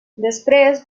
després